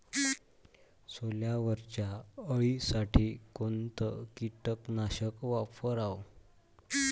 सोल्यावरच्या अळीसाठी कोनतं कीटकनाशक वापराव?